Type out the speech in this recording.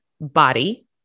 body